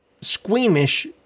squeamish